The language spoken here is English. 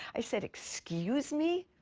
i said, excuse me?